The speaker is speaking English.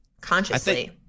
consciously